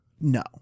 no